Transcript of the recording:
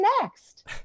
next